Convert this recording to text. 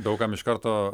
daug kam iš karto